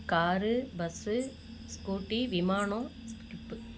car bus scooty விமானம்